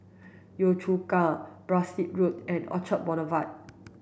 Yio Chu Kang Berkshire Road and Orchard Boulevard